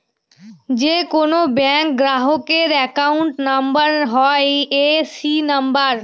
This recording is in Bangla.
যে কোনো ব্যাঙ্ক গ্রাহকের অ্যাকাউন্ট নাম্বার হয় এ.সি নাম্বার